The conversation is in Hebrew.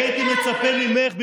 אני הייתי מצפה ממך,